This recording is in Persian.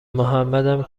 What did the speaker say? محمدم